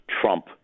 Trump